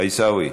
עיסאווי,